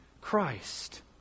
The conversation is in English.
Christ